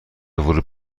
ورود